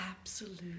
absolute